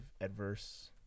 adverse